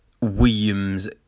Williams